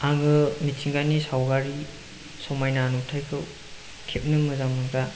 आङो मिथिंगानि सावगारि समायना नुथाइखौ खेबनो मोजां मोनग्रा